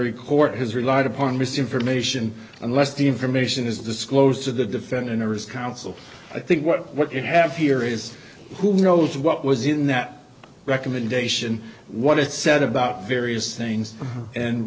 court has relied upon misinformation unless the information is disclosed to the defendant or is counsel i think what what you have here is who knows what was in that recommendation what it said about various things and